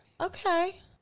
Okay